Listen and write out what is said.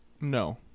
No